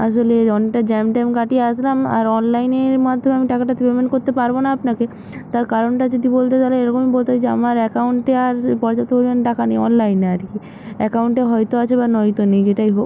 আসলে অনেকটা জ্যাম ট্যাম কাটিয়ে আসলাম আর অনলাইনের মাধ্যমে আমি টাকাটা তো পেমেন্ট করতে পারবো না আপনাকে তার কারণটা যদি বলতে গেলে তালে এরকম বলতে হয় যে আমার অ্যাকাউন্টে আর পর্যাপ্ত পরিমাণ টাকা নেই অনলাইনে আর কি অ্যাকাউন্টে হয়তো আছে বা নয়তো নেই যেটাই হোক